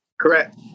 Correct